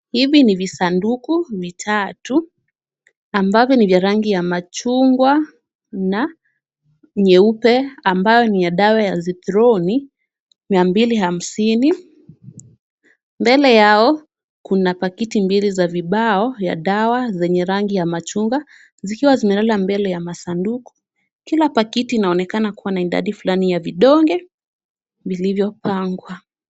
Hivi ni visanduku vitatu ambavyo ni vya rangi ya machungwa na nyeupe ambayo ni ya dawa ya Zithroni mia mbili hamsini. Mbele yao kuna pakiti mbili za vibao ya dawa zenye rangi ya machungwa zikiwa zimelala mbele ya masanduku. Kila pakiti inaonekana kuwa na idadi fulani ya vidonge vilivyopangwa.